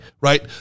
right